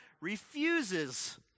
refuses